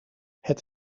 het